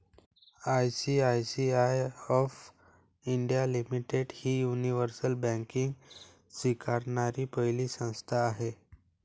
ICICI of India limited ही universal banking स्वीकारणारी पहिली संस्था आहे